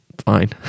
fine